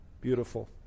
Beautiful